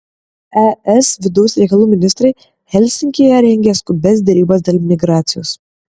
es vidaus reikalų ministrai helsinkyje rengia skubias derybas dėl migracijos